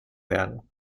werden